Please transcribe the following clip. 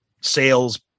sales